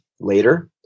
later